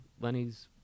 Lenny's